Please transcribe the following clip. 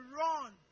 run